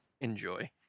enjoy